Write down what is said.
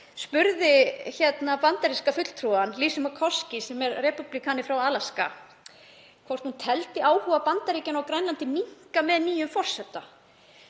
spurði bandaríska fulltrúann Lisu Murkowski, sem er repúblikani frá Alaska, hvort hún teldi áhuga Bandaríkjanna á Grænlandi minnka með nýjum forseta